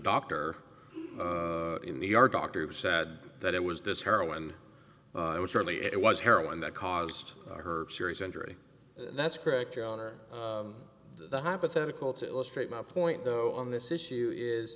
doctor in new york doctor who said that it was this heroin which really it was heroin that caused her serious injury that's correct your honor the hypothetical to illustrate my point though on this issue is